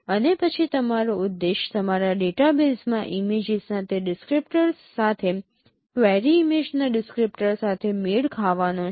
અને પછી તમારો ઉદ્દેશ તમારા ડેટાબેઝમાં ઇમેજીસના તે ડિસક્રીપ્ટર્સ સાથે ક્વેરી ઇમેજના ડિસક્રીપ્ટર સાથે મેળ ખાવાનો છે